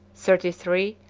thirty-three,